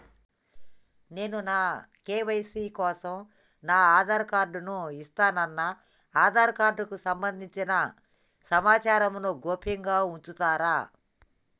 నేను నా కే.వై.సీ కోసం నా ఆధార్ కార్డు ను ఇస్తున్నా నా ఆధార్ కార్డుకు సంబంధించిన సమాచారంను గోప్యంగా ఉంచుతరా?